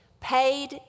Paid